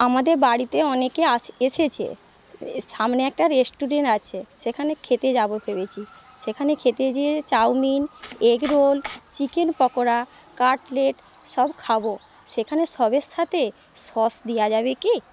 আমাদের বাড়িতে অনেকে আস এসেছে সামনে একটা রেস্টুরেন্ট আছে সেখানে খেতে যাবো ভেবেছি সেখানে খেতে যেয়ে chowmein egg roll chicken pakora cutlet সব খাবো সেখানে সবের সাথে সস দেওয়া যাবে কি